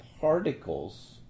particles